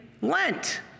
Lent